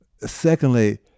secondly